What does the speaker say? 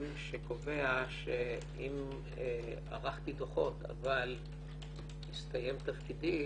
שקובע שאם ערכתי דוחות אבל הסתיים תפקידי,